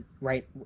right